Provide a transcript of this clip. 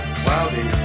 cloudy